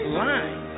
line